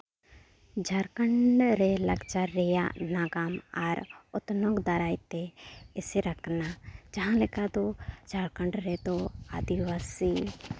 ᱡᱷᱟᱲᱠᱷᱚᱸᱰ ᱨᱮ ᱞᱟᱠᱪᱟᱨ ᱨᱮᱭᱟᱜ ᱱᱟᱜᱟᱢ ᱟᱨ ᱚᱛᱱᱚᱜ ᱫᱟᱨᱟᱭᱛᱮ ᱮᱥᱮᱨ ᱟᱠᱟᱱᱟ ᱡᱟᱦᱟᱸ ᱞᱮᱠᱟ ᱫᱚ ᱡᱷᱟᱲᱠᱷᱚᱸᱰ ᱨᱮᱫᱚ ᱟᱹᱫᱤᱵᱟᱹᱥᱤ